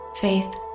faith